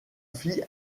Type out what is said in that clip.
fit